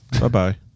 Bye-bye